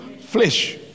flesh